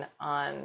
on